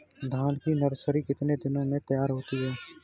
धान की नर्सरी कितने दिनों में तैयार होती है?